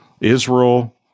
Israel